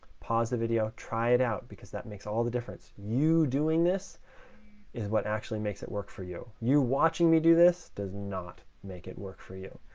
pause the video. try it out, because that makes all the difference. you doing this is what actually makes it work for you. you watching me do this does not make it work for you.